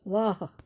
वाह